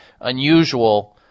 unusual